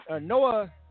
Noah